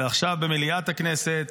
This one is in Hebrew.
ועכשיו במליאת הכנסת,